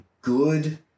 good